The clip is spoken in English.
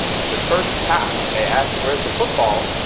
the first pass, i ask where's the football?